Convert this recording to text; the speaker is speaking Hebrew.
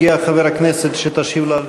הגיע חבר הכנסת, ותשיב לו.